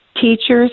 Teachers